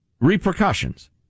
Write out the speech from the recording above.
repercussions